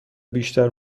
بیشتر